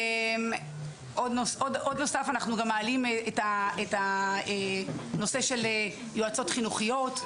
אנחנו גם מעלים את הנושא של יועצות חינוכיות,